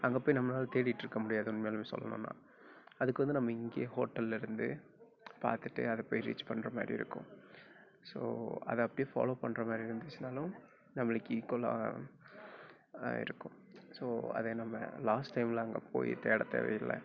அங்கே போய் நம்மளால் தேடிகிட்ருக்க முடியாது உண்மையாலுமே சொல்லணுன்னால் அதுக்கு வந்து நம்ம இங்கேயே ஹோட்டலிருந்து பார்த்துட்டு அதை போய் ரீச் பண்ணுற மாதிரி இருக்கும் ஸோ அதை அப்படியே ஃபாலோ பண்ணுற மாதிரி இருந்துச்சுனாலும் நம்மளுக்கு ஈக்குவலாக இருக்கும் ஸோ அது நம்ம லாஸ்ட் டைமில் அங்கே போய் தேட தேவையில்லை